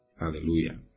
Hallelujah